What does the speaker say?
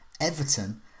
Everton